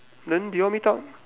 then did you all meet up